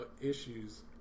issues